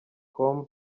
com